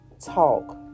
Talk